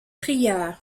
prieurs